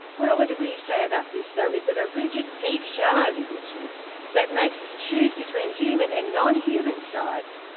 what i want to really say about this though is that a rigid, deep-shallow division that makes us choose between human and non-human sides,